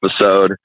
episode